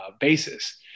basis